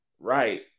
Right